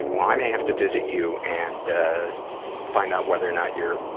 and well, i may have to visit you and find out whether or not your